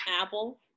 apple